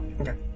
Okay